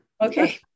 Okay